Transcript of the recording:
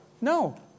No